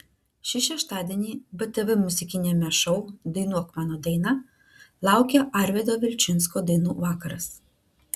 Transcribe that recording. šį šeštadienį btv muzikiniame šou dainuok mano dainą laukia arvydo vilčinsko dainų vakaras